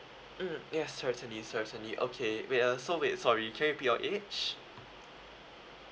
mm yes certainly certainly okay wait uh so wait sorry can you repeat your age